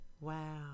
Wow